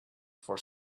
for